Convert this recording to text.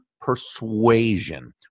persuasion